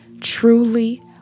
truly